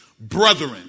brethren